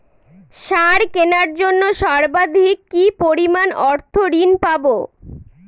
সার কেনার জন্য সর্বাধিক কি পরিমাণ অর্থ ঋণ পাব?